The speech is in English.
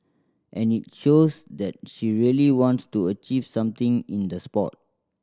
and it shows that she really wants to achieve something in the sport